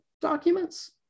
documents